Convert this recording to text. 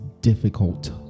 difficult